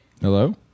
Hello